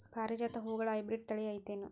ಪಾರಿಜಾತ ಹೂವುಗಳ ಹೈಬ್ರಿಡ್ ಥಳಿ ಐತೇನು?